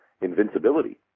invincibility